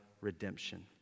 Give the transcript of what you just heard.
redemption